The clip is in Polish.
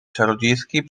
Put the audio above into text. czarodziejskiej